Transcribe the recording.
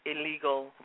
illegal